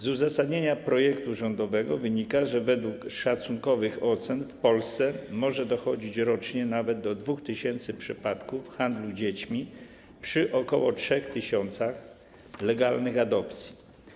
Z uzasadnienia projektu rządowego wynika, że według szacunkowych ocen w Polsce może dochodzić rocznie nawet do 2 tys. wypadków handlu dziećmi przy około 3 tys. legalnych adopcji.